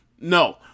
no